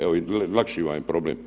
Evo, lakši vam je problem.